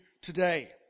today